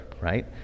right